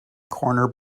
corner